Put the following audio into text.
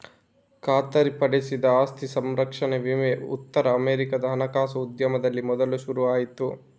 ಖಾತರಿಪಡಿಸಿದ ಆಸ್ತಿ ಸಂರಕ್ಷಣಾ ವಿಮೆ ಉತ್ತರ ಅಮೆರಿಕಾದ ಹಣಕಾಸು ಉದ್ಯಮದಲ್ಲಿ ಮೊದಲು ಶುರು ಆಯ್ತು